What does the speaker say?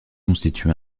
constitue